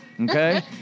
okay